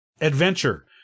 Adventure